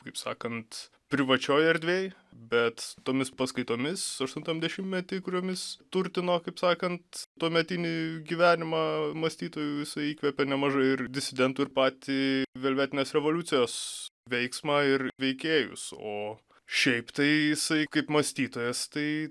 kaip sakant privačioj erdvėj bet tomis paskaitomis aštuntam dešimtmety kuriomis turtino kaip sakant tuometinį gyvenimą mąstytojų jisai įkvėpė nemažai ir disidentų ir patį velvetinės revoliucijos veiksmą ir veikėjus o šiaip tai jisai kaip mąstytojas tai